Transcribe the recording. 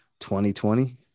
2020